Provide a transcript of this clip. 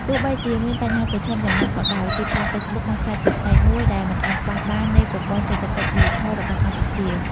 ទោះបីជាមានបញ្ហាប្រឈមយ៉ាងណាក៏ដោយ ទីផ្សារហ្វេសប៊ុកបានក្លាយជាផ្នែកមួយដែលមិនអាចខ្វះបាននៃប្រព័ន្ធសេដ្ឋកិច្ចឌីជីថលរបស់កម្ពុជា។